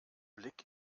blick